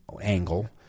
angle